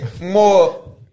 more